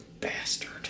Bastard